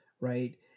right